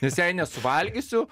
nes jei nesuvalgysiu